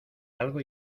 algo